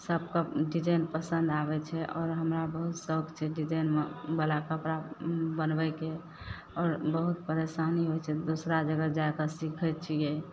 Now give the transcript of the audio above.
सबके डिजाइन पसन्द आबय छै आओर हमरा बहुत सओख छै डिजाइनमे डिजाइनवला कपड़ा बनबयके आओर बहुत परेशानी होइ छै दोसरा जगह जाइके सीखैत छियै